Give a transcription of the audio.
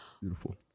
Beautiful